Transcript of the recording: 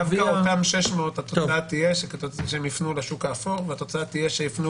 דווקא אותם 600 התוצאה תהיה שהם יפנו לשוק האפור והתוצאה תהיה שיפנו